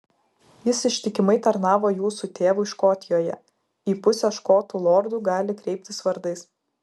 jis ištikimai tarnavo jūsų tėvui škotijoje į pusę škotų lordų gali kreiptis vardais